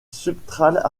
substrat